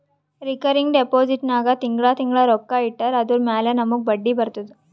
recurring deposit ನಾಗ್ ತಿಂಗಳಾ ತಿಂಗಳಾ ರೊಕ್ಕಾ ಇಟ್ಟರ್ ಅದುರ ಮ್ಯಾಲ ನಮೂಗ್ ಬಡ್ಡಿ ಬರ್ತುದ